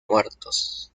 muertos